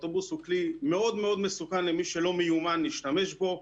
האוטובוס הוא כלי מאוד מאוד מסוכן למי שלא מיומן להשתמש בו,